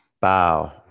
bow